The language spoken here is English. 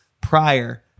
prior